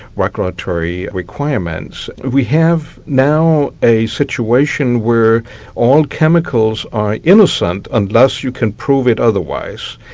regulatory requirements. we have now a situation where all chemicals are innocent unless you can prove it otherwise.